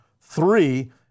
three